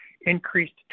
increased